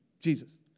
Jesus